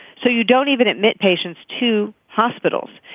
so you don't even admit patients to hospitals.